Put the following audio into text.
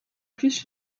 plus